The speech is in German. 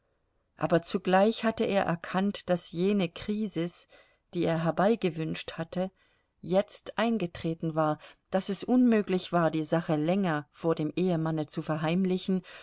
aber zugleich hatte er erkannt daß jene krisis die er herbeigewünscht hatte jetzt eingetreten war daß es unmöglich war die sache länger vor dem ehemanne zu verheimlichen